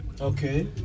Okay